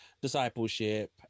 discipleship